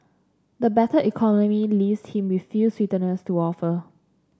the battered economy leaves him with few sweeteners to offer